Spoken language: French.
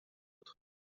autre